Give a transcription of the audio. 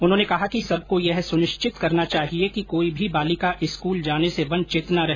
उन्होंने कहा कि सबको यह सुनिश्चित करना चाहिए कि कोई भी बालिका स्कूल जाने से वंचित न रहे